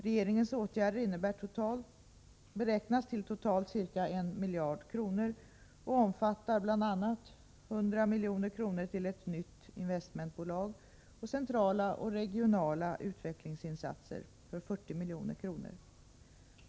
Regeringens åtgärder beräknas totalt till ca 1 miljard kronor och innefattar bl.a. 100 milj.kr. till ett nytt investmentbolag och centrala och regionala utvecklingsinsatser för 40 milj.kr.